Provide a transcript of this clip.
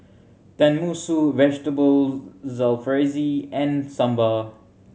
Tenmusu Vegetable Jalfrezi and Sambar